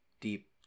deep